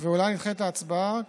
אולי נדחה את ההצבעה.